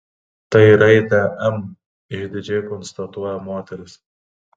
tai raidė m išdidžiai konstatuoja moteris